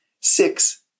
Six